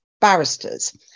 barristers